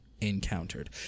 encountered